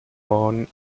born